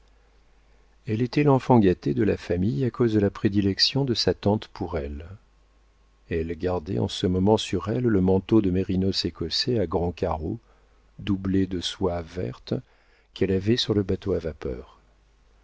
elle était l'enfant gâté de la famille à cause de la prédilection de sa tante pour elle elle gardait en ce moment sur elle le manteau de mérinos écossais à grands carreaux doublé de soie verte qu'elle avait sur le bateau à vapeur